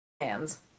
hands